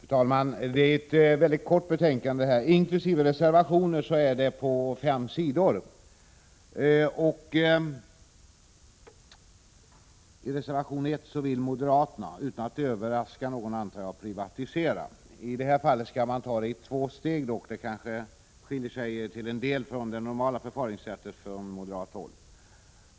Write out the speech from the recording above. Fru talman! Vi behandlar nu ett mycket kort betänkande — inkl. reservationer är det på fem sidor. I reservation 1 vill moderaterna — utan att överraska någon, antar jag — privatisera. I detta fall skall man ta det i två steg, så det skiljer sig till en del från det normala förfaringssättet från moderat håll.